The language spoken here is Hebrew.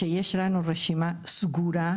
שיש לנו רשימה סגורה,